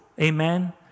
Amen